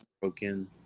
broken